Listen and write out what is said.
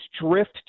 drift